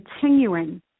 continuing